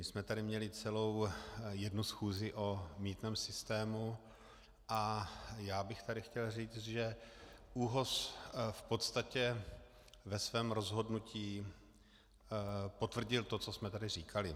My jsme tady měli celou jednu schůzi o mýtném systému a já bych tady chtěl říct, že ÚOHS v podstatě ve svém rozhodnutí potvrdil to, co jsme tady říkali.